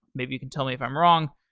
maybe you can tell me if i'm wrong.